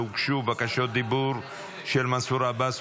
הוגשו בקשות דיבור של מנסור עבאס,